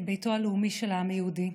כביתו הלאומי של העם היהודי,